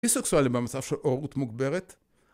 ביסוקסואלי במצב של עוררות מוגברת